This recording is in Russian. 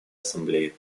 ассамблее